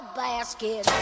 basket